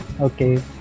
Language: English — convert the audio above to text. Okay